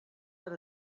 per